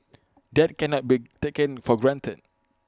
that cannot be taken for granted